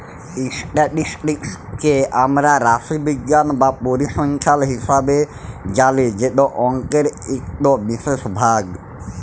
statistics কে আমরা রাশিবিজ্ঞাল বা পরিসংখ্যাল হিসাবে জালি যেট অংকের ইকট বিশেষ ভাগ